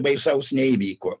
baisaus neįvyko